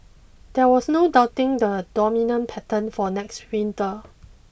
there was no doubting the dominant pattern for next winter